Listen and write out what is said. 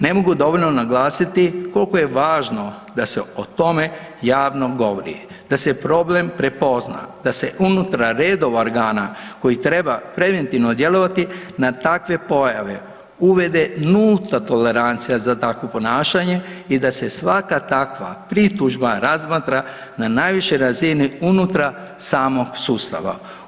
Ne mogu dovoljno naglasiti koliko je važno da se o tome javno govori, da se problem prepozna, da se unutar reda organa koji treba preventivno djelovati na takve pojave uvede nulta tolerancija za takvo ponašanje i da se svaka takva pritužba razmatra na najvišoj razini unutar samog sustava.